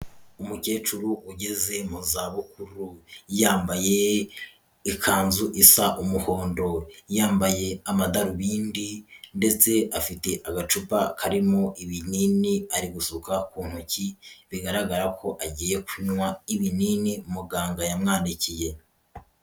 Umukecuru ugeze mu za bukuru, yambaye ikanzu isa umuhondo, yambaye amadarubindi ndetse afite agacupa karimo ibinini ari gusuka ku ntoki bigaragara ko agiye kunywa ibinini muganga yamwandikiye.